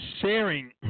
sharing